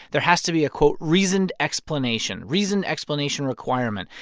there has to be a, quote, reasoned explanation reason explanation requirement.